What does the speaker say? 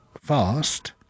fast